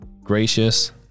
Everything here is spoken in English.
gracious